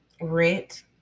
rent